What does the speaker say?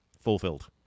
fulfilled